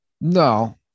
No